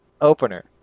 opener